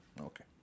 Okay